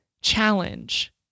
challenge